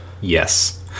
Yes